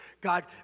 God